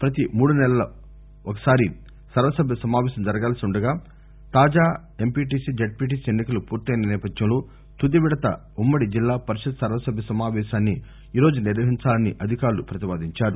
పతి మూదు నెలల ఒక్కసారి సర్వసభ్య సమావేశం జరగాల్సి ఉండగా తాజా ఎంపిటిసి జద్పిటిసి ఎన్నికలు పూర్తి అయిన నేపథ్యంలో తుది విడత ఉమ్మడి జిల్లా పరిషత్ సర్వసభ్య సమావేశాన్ని ఈ రోజు నిర్వహింహించాలని అధికారులు పతిపాదించారు